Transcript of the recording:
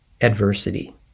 adversity